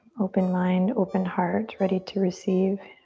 open mind, open heart ready to receive.